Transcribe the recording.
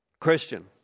Christian